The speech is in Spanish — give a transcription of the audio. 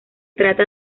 trata